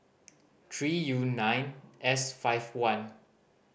three U nine S five one